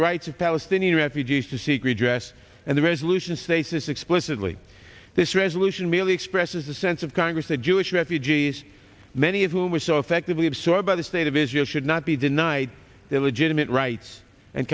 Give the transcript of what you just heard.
the rights of palestinian refugees to seek redress and the resolution states this explicitly this resolution merely expresses the sense of congress that jewish refugees many of whom are so effectively have so about the state of israel should not be denied their legitimate rights and